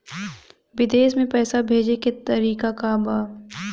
विदेश में पैसा भेजे के तरीका का बा?